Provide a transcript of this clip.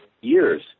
years